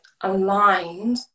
aligned